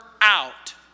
out